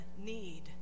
need